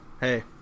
hey –